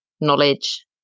knowledge